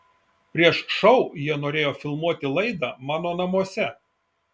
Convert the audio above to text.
prieš šou jie norėjo filmuoti laidą mano namuose